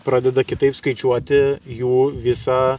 pradeda kitaip skaičiuoti jų visą